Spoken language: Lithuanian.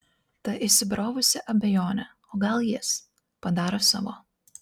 ta įsibrovusi abejonė o gal jis padaro savo